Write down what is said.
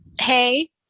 hey